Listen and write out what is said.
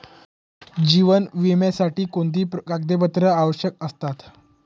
जीवन विम्यासाठी कोणती कागदपत्रे आवश्यक असतात?